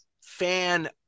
fan